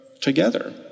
together